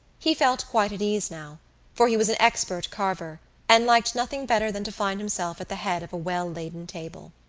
he felt quite at ease now for he was an expert carver and liked nothing better than to find himself at the head of a well-laden table.